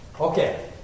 Okay